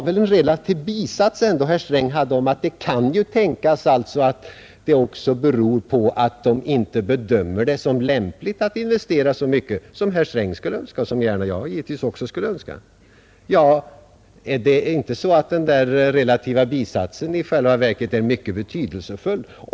Men i en relativbisats fick han med att det kunde tänkas att detta beror på att företagen inte bedömer det som lämpligt att investera så mycket som herr Sträng och givetvis också jag skulle önska. Är inte den där relativbisatsen i själva verket mycket betydelsefull?